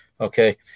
Okay